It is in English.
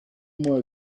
more